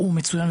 הוא מצוין,